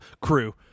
Crew